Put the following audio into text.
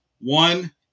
One